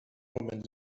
moment